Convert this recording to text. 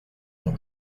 son